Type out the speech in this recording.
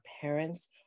parents